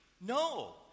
No